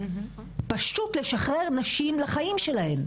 פשוט לשחרר נשים לחיים שלהן.